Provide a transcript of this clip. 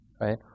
right